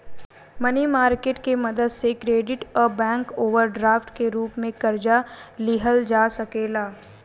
मनी market के मदद से क्रेडिट आ बैंक ओवरड्राफ्ट के रूप में कर्जा लिहल जा सकेला